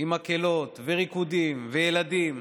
עם מקהלות וריקודים וילדים?